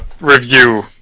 review